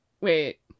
Wait